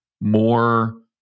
more